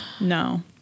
No